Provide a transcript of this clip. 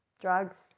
drugs